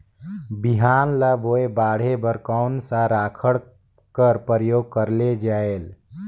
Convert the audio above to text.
बिहान ल बोये बाढे बर कोन सा राखड कर प्रयोग करले जायेल?